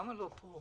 למה לא פה?